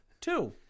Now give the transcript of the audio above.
Two